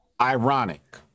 ironic